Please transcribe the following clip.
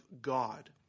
God